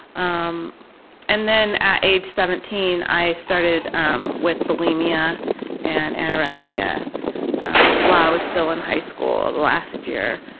um and then at age seventeen i started um with bulimia and anorexia while i was still in high school ah the last year.